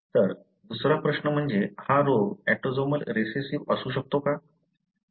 तर दुसरा प्रश्न म्हणजे हा रोग ऑटोसोमल रिसेसिव्ह असू शकतो का